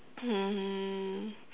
um